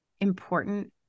important